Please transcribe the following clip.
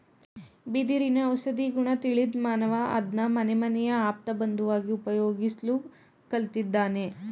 ಬಿದಿರಿನ ಔಷಧೀಗುಣ ತಿಳಿದ್ಮಾನವ ಅದ್ನ ಮನೆಮನೆಯ ಆಪ್ತಬಂಧುವಾಗಿ ಉಪಯೋಗಿಸ್ಲು ಕಲ್ತಿದ್ದಾನೆ